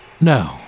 No